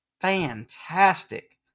fantastic